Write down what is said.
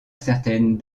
certaines